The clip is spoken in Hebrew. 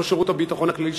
לא שירות הביטחון הכלכלי,